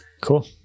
Cool